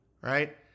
Right